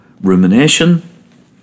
rumination